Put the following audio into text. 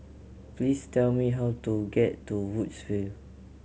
please tell me how to get to Woodsville